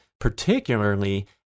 particularly